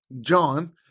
John